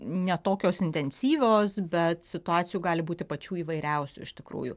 ne tokios intensyvios bet situacijų gali būti pačių įvairiausių iš tikrųjų